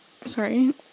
Sorry